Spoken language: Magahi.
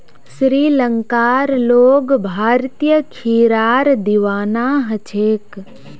श्रीलंकार लोग भारतीय खीरार दीवाना ह छेक